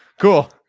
Cool